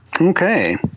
Okay